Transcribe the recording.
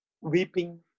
weeping